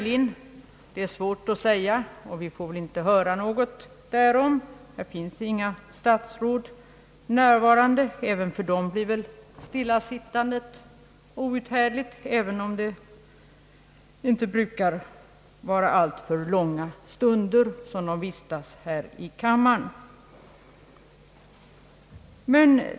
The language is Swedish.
Inga statsråd finns nu närvarande men också för dem blir väl stillasittandet outhärdligt, även om det inte brukar vara alltför långa stunder som de vistas här i kammaren.